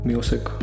Music